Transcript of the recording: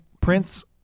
prince